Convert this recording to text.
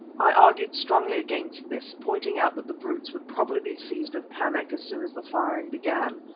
i argued strongly against this, pointing out that the brutes would probably be seized with panic as soon as the firing began,